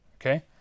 okay